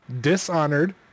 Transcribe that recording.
Dishonored